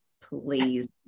please